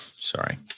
Sorry